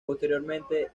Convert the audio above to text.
posteriormente